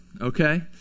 okay